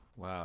Wow